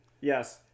Yes